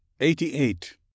Eighty-Eight